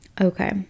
Okay